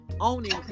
owning